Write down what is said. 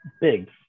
Big